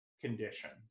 conditions